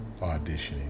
auditioning